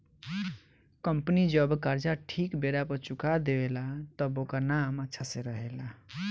company जब कर्जा ठीक बेरा पर चुका देवे ला तब ओकर नाम अच्छा से रहेला